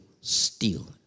steal